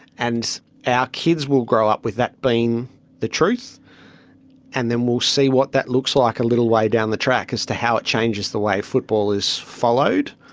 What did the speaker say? and our kids will grow up with that being the truth and then we'll see what that looks like a little way down the track as to how it changes the way football is followed.